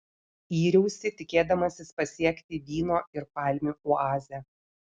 yriausi tikėdamasis pasiekti vyno ir palmių oazę